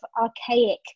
archaic